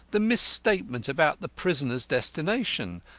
the misstatement about the prisoner's destination,